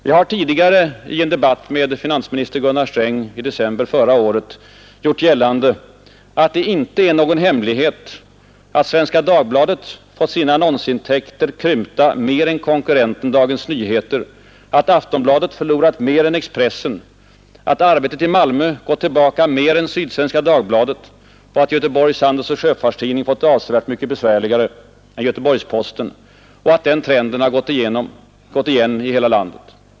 Jag har i en debatt med finansministern Gunnar Sträng i december förra året gjort gällande att det inte är någon hemlighet att Svenska Dagbladet fått sina annonsintäkter krympta mer än konkurrenten Dagens Nyheter, att Aftonbladet förlorat mer än Expressen, att Arbetet i Malmö gått tillbaka mer än Sydsvenska Dagbladet och att Göteborgs Handelsoch Sjöfartstidning fått det avsevärt mycket besvärligare än Göteborgs Posten och att den trenden har gått igen över hela landet.